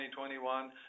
2021